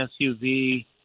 SUV